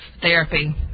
therapy